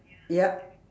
yup